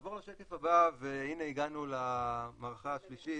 נעבור לשקף הבא והנה הגענו למערכה השלישית,